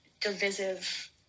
divisive